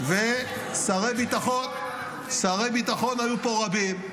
שרי ביטחון היו פה רבים,